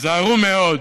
היזהרו מאוד,